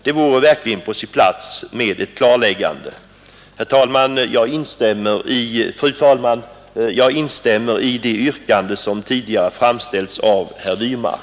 Det vore verkligen på sin plats med ett klarläggande. Fru talman! Jag instämmer i de yrkanden som tidigare framställts av herr Wirmark.